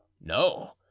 No